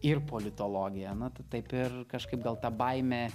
ir politologija na t taip ir kažkaip gal ta baimė